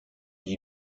you